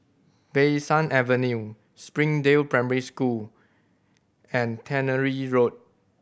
Bee San Avenue Springdale Primary School and Tannery Road